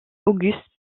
auguste